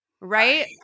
right